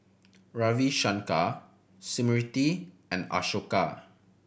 Ravi Shankar Smriti and Ashoka